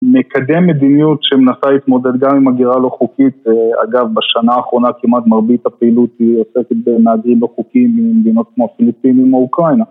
מקדם מדיניות שמנסה להתמודד גם עם הגירה לא חוקית, אגב בשנה האחרונה כמעט מרבית הפעילות היא עוסקת במהגרים לא חוקיים ממדינות כמו הפיליפינים או אוקראינה.